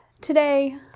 Today